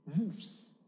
moves